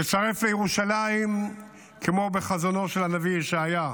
לצרף לירושלים כמו בחזונו של הנביא ישעיהו,